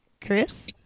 chris